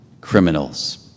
criminals